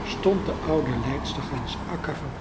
stond de oude leidstergans akka van